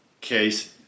case